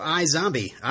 iZombie